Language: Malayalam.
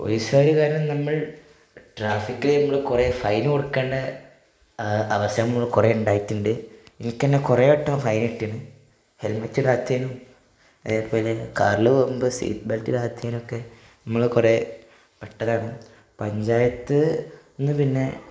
പോലീസുകാര് കാരണം നമ്മൾ ട്രാഫിക്കില് കുറേ ഫൈന് കൊടുക്കേണ്ട അവസരം കുറേ ഉണ്ടായിട്ടുണ്ട് എനിക്കുതന്നെ കുറേ വട്ടം ഫൈനിട്ടിന് ഹെൽമെറ്റിടാത്തേനും അതേപോലെ കാറില് പോകുമ്പോല് സീറ്റ് ബെൽറ്റിടാത്തേയ്നൊക്കെ നമ്മള് കുറേ പെട്ടതാണ് പഞ്ചായത്തില്നിന്നു പിന്നെ